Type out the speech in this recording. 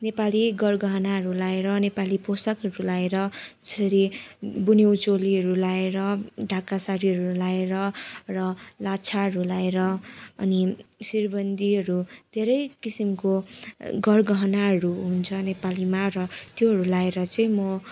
नेपाली गरगहनाहरू लाएर नेपाली पोसाकहरू लाएर त्यसरी गुन्यु चोलीहरू लाएर ढाका साडीहरू लाएर र लाछाहरू लाएर अनि शिरबन्दीहरू धेरै किसिमको गरगहनाहरू हुन्छ नेपालीमा र त्योहरू लाएर चाहिँ म